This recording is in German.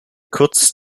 kurz